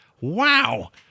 wow